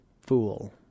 fool